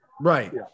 Right